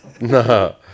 No